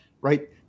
right